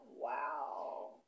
Wow